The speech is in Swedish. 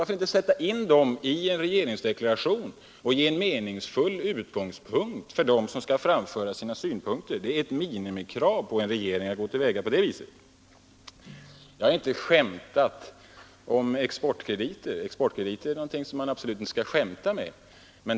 Varför inte sätta in dem i en regeringsdeklaration och ge en meningsfull utgångspunkt för dem som här skall framföra sina åsikter. Det är ett minimikrav på en regering att gå till väga på det sättet. Jag har inte skämtat om exportkrediter. Dem skall man absolut inte skämta om.